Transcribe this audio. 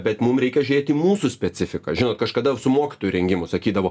bet mum reikia žiūrėt į mūsų specifiką žinot kažkada su mokytojų rengimu sakydavo